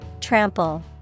Trample